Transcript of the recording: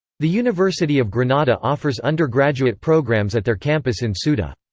the university of granada offers undergraduate programs at their campus in ceuta.